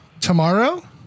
tomorrow